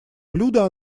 блюда